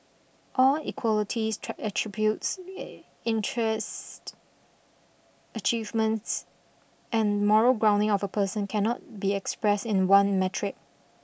all equalities attributes interests achievements and moral grounding of a person cannot be expressed in one metric